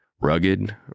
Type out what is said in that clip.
rugged